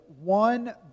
one